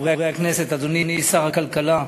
חברי הכנסת, אדוני שר הכלכלה,